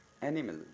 Animal